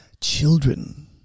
children